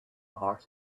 heart